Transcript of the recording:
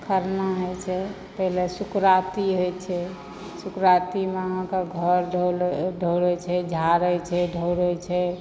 खरना होयत छै पहिले सुकराती होयत छै सुकरातीमे अहाँक घर धोल ढोड़ैत छै झाड़ैत छै ढोड़ैत छै